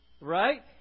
Right